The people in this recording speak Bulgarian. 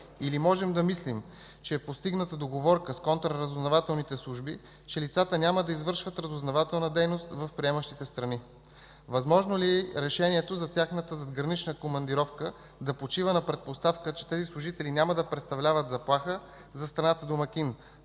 или можем да мислим, че е постигната договорка с контраразузнавателните служби, че лицата няма да извършват разузнавателна дейност в приемащите страни? Възможно ли е разрешението за тяхната задгранична командировка да почива на предпоставка, че тези служители няма да представляват заплаха за страната домакин